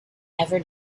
ever